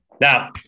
Now